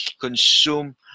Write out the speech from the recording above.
consume